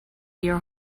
your